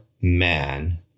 man